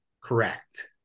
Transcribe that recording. Correct